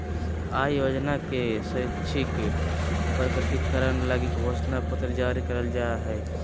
आय योजना के स्वैच्छिक प्रकटीकरण लगी घोषणा पत्र जारी करल जा हइ